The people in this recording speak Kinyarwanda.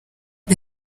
the